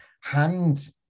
hand